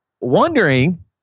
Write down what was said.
wondering